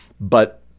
But-